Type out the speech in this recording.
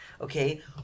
okay